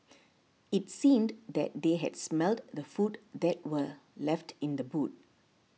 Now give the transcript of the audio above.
it seemed that they had smelt the food that were left in the boot